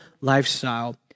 lifestyle